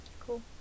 Cool